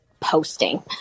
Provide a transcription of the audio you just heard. posting